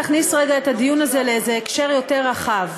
להכניס רגע את הדיון הזה לאיזה הקשר יותר רחב.